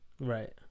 Right